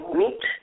meet